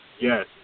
yes